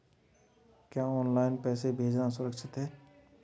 क्या ऑनलाइन पैसे भेजना सुरक्षित है?